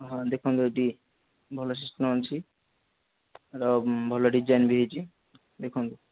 ହଁ ଦେଖନ୍ତୁ ଏଇଠି ଭଲ ସିଷ୍ଟମ୍ ଅଛି ଆର ଭଲ ଡିଜାଇନ୍ ବି ହୋଇଛି ଦେଖନ୍ତୁ